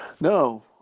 No